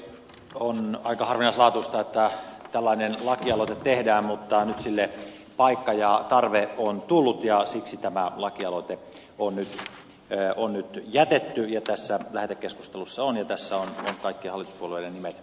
on aika harvinaislaatuista että tällainen lakialoite tehdään mutta nyt sille paikka ja tarve on tullut ja siksi tämä lakialoite on nyt jätetty ja tässä lähetekeskustelussa on ja tässä ovat kaikkien hallituspuolueiden nimet alla